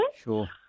Sure